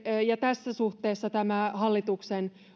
ja tässä suhteessa tämä hallituksen